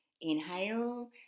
Inhale